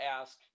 ask